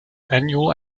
annual